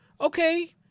Okay